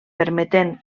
permetent